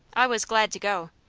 i was glad to go,